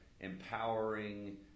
empowering